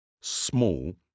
Small